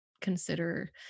consider